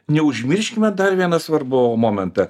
neužmirškime dar vieną svarbų momentą